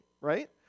right